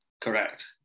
Correct